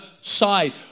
side